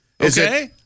Okay